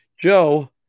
Joe